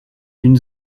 une